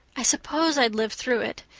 i suppose i'd live through it,